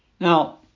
Now